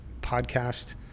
podcast